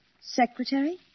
secretary